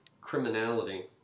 criminality